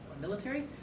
military